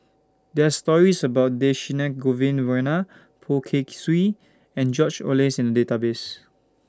there're stories about Dhershini Govin Winodan Poh Kay Swee and George Oehlers in Database